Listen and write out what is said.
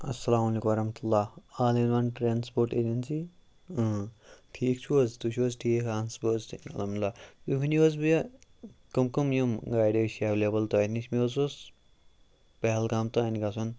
اسلام علیکم ورحمتہ اللہ all in one transport agency ٹھیٖک چھُو حظ تُہۍ چھُو حظ ٹھیٖک اہن حظ بہٕ حظ چھُس الحمدُاللہ تُہۍ ؤنِو حظ مےٚ کَم کَم یِم گاڑِ حظ چھِ اٮ۪وٮ۪لیبٕل تۄہہِ نِش مےٚ حظ اوس پہلگام تام گَژھُن